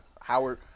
Howard